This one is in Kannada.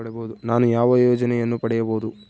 ನಾನು ಯಾವ ಯೋಜನೆಯನ್ನು ಪಡೆಯಬಹುದು?